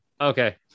Okay